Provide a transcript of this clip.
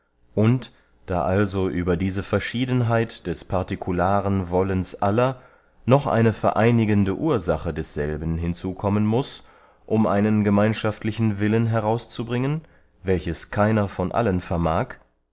und da also über diese verschiedenheit des particularen wollens aller noch eine vereinigende ursache desselben hinzukommen muß um einen gemeinschaftlichen willen herauszubringen welches keiner von allen vermag